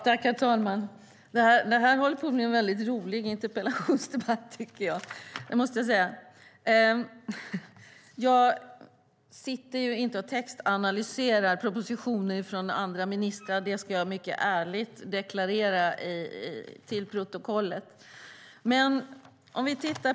Herr talman! Detta håller på att bli en rolig interpellationsdebatt. Jag sitter inte och textanalyserar propositioner från andra ministrar; det ska jag ärligt deklarera för protokollet.